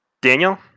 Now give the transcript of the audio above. Daniel